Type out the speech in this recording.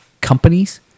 companies